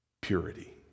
purity